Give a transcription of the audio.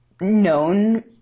known